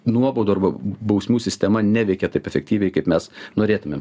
nuobaudų arba bausmių sistema neveikia taip efektyviai kaip mes norėtumėm